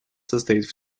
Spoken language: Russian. состоит